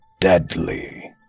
Deadly